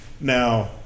Now